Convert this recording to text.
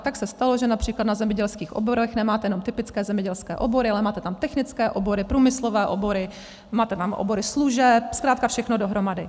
Tak se stalo, že např. na zemědělských oborech nemáte jenom typické zemědělské obory, ale máte tam technické obory, průmyslové obory, máte tam obory služeb, zkrátka všechno dohromady.